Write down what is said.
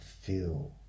feel